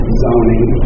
zoning